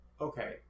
Okay